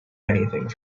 anything